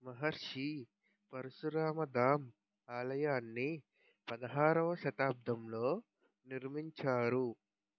మహర్షి పరశురామధామ్ ఆలయాన్ని పదహారవ శతాబ్దంలో నిర్మించారు